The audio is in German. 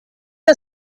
der